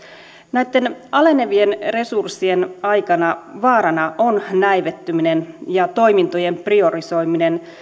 näitten alenevien resurssien aikana vaarana on näivettyminen ja toimintojen priorisoiminen